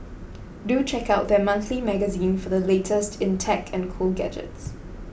do check out their monthly magazine for the latest in tech and cool gadgets